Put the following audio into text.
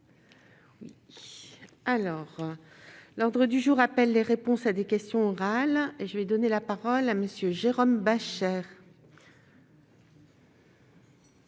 alors. L'ordre du jour appelle les réponses à des questions orales et je vais donner la parole à Monsieur Jérôme Bascher. Oui